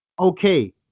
Okay